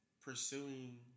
pursuing